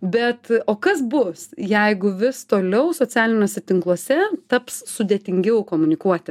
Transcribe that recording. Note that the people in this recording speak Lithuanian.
bet o kas bus jeigu vis toliau socialiniuose tinkluose taps sudėtingiau komunikuoti